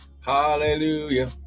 Hallelujah